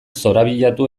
zorabiatu